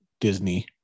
Disney